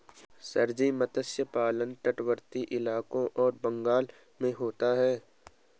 sir ji मत्स्य पालन तटवर्ती इलाकों और बंगाल में होता है